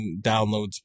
downloads